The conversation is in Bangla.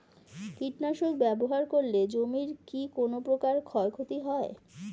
কীটনাশক ব্যাবহার করলে জমির কী কোন প্রকার ক্ষয় ক্ষতি হয়?